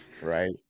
right